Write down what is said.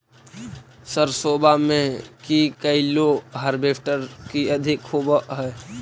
सरसोबा मे की कैलो हारबेसटर की अधिक होब है?